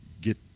get